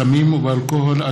בסמים ובאלכוהול,